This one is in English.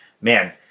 man –